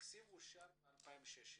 שאושרו ב-2016.